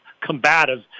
combative